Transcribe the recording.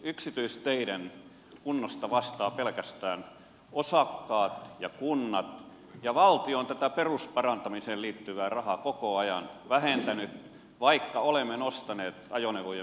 yksityisteiden kunnosta vastaavat pelkästään osakkaat ja kunnat ja valtio on tätä perusparantamiseen liittyvää rahaa koko ajan vähentänyt vaikka olemme nostaneet ajoneuvojen painorajoja